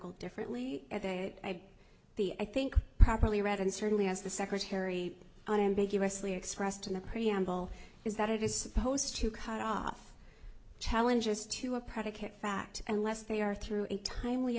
t differently at a the i think properly read and certainly as the secretary unambiguously expressed in the preamble is that it is supposed to cut off challenges to a predicate fact unless they are through a timely